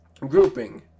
Grouping